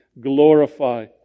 glorify